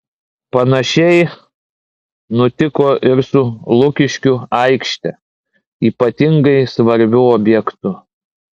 panašiai nutiko ir su lukiškių aikšte ypatingai svarbiu objektu